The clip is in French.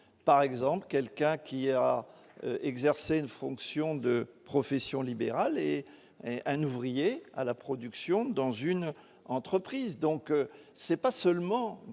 par exemple quelqu'un qui a exercé une fonction de professions libérales et et un ouvrier à la production, dans une entreprise, donc c'est pas seulement